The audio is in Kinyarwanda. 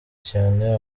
cyane